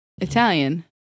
italian